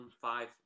five